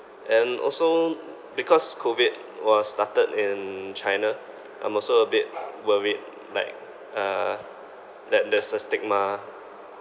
and also because COVID was started in china I'm also a bit worried like uh that there's a stigma